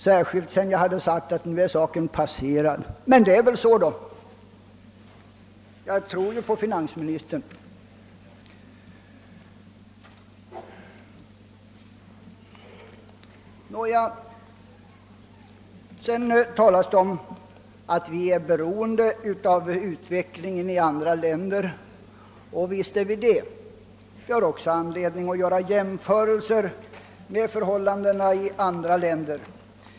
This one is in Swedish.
Sedan talas om att vi är beroende av utvecklingen i andra länder. Visst är vi det, och det finns därför anledning att göra jämförelser med förhållandena i andra länder.